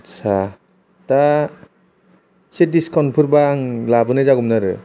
आच्चा दा एसे दिसकाउन्टफोरबा आं लाबोनाय जागौमोन आरो